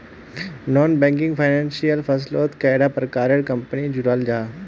Non banking financial फसलोत कैडा प्रकारेर कंपनी जुराल जाहा?